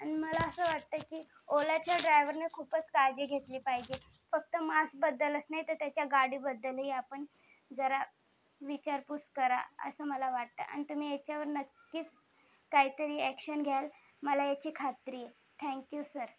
आणि मला असे वाटते की ओलाच्या ड्रायव्हरने खूपच काळजी घेतली पाहिजे फक्त मास्कबद्दलच नाही तर त्याच्या गाडीबद्दलही आपण जरा विचारपूस करा असं मला वाटतं तुम्ही याच्यावर नक्कीच काहीतरी ॲक्शन घ्याल मला याची खात्री आहे थँक्यू सर